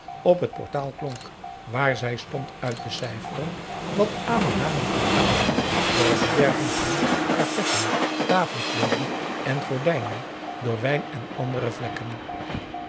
op het portaal klonk waar zij stond aum boe akar eel uit te cijferen wat adam haar moest betalen voor het bederven van karpetten tafelkleeden en gordijnen door wijn en andere vlekken